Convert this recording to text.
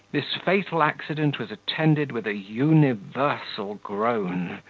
this fatal accident was attended with a universal groan,